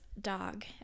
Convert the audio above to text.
dog